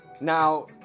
Now